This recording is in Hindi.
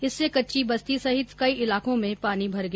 इससे कच्ची बस्ती सहित कई इलाकों में पानी भर गया